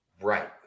Right